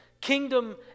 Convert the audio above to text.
kingdom